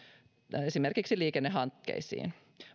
esimerkiksi liikennehankkeisiin